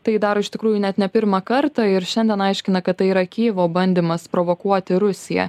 tai daro iš tikrųjų net ne pirmą kartą ir šiandien aiškina kad tai yra kijivo bandymas provokuoti rusiją